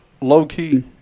low-key